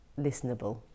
listenable